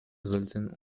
sollten